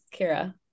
Kira